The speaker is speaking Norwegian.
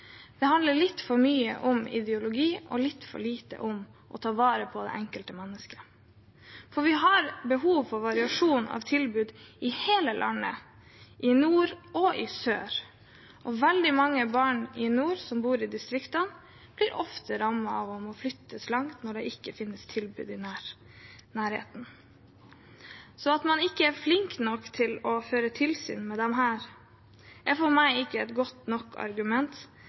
Det handler litt for mye om ideologi og litt for lite om å ta vare på det enkelte mennesket. Vi har behov for variasjon av tilbud i hele landet, i nord og i sør, og veldig mange barn i nord som bor i distriktene, blir ofte rammet av å måtte flyttes langt når det ikke finnes tilbud i nærheten. At man ikke er flink nok til å føre tilsyn med disse, er for meg ikke et godt nok argument